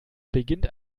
beginnt